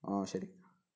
ആ ശരി